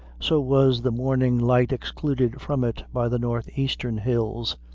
so was the morning light excluded from it by the northeastern hills,